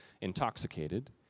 intoxicated